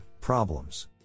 problems